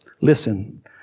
Listen